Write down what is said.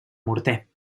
morter